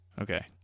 Okay